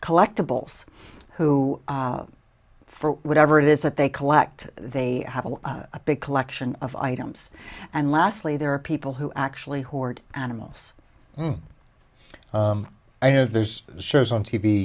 collectibles who for whatever it is that they collect they have a big collection of items and lastly there are people who actually hoard animals i know there's shows on t